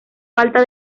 falta